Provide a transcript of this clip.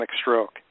stroke